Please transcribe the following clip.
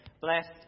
Blessed